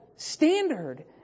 Standard